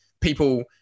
people